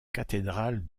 cathédrale